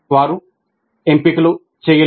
వారు ఎంపికలు చేయలేదు